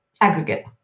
aggregate